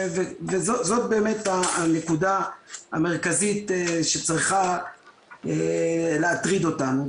וזאת באמת הנקודה המרכזית שצריכה להטריד אותנו.